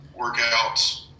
workouts